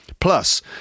Plus